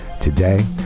today